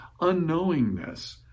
unknowingness